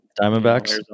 Diamondbacks